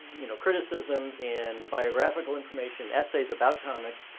you know, criticism and biographical information, essays about comics.